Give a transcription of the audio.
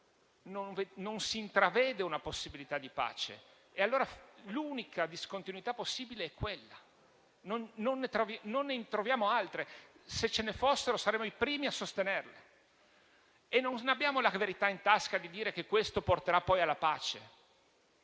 non si intravede una possibilità di pace. L'unica discontinuità possibile è quella, non ne troviamo altre. Se ce ne fossero, saremmo i primi a sostenerle. E non abbiamo la verità in tasca di dire che questo porterà poi alla pace;